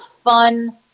fun